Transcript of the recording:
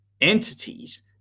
entities